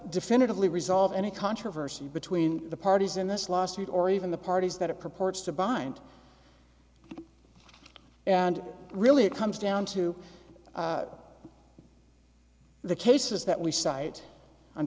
definitively resolve any controversy between the parties in this lawsuit or even the parties that it purports to bind and really it comes down to the cases that we cite on